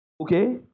Okay